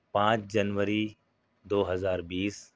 پانچ جنوری دو ہزار بیس